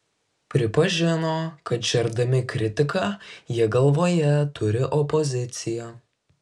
pripažino kad žerdami kritiką jie galvoje turi opoziciją